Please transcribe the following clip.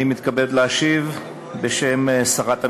אני מתכבד להשיב בשם שרת המשפטים.